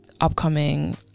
upcoming